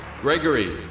Gregory